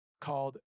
called